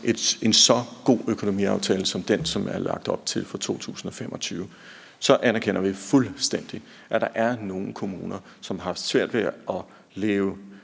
en så god økonomiaftale som den, der er lagt op til for 2025. Og så anerkender vi fuldstændig, at der er nogle kommuner, som har haft svært ved at leve